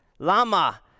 Lama